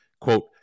quote